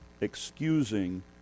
excusing